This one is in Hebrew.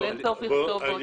אבל אין צורך לכתוב עוד פעם.